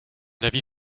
avis